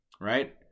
Right